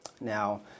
Now